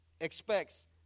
expects